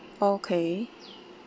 okay